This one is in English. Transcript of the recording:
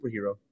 superhero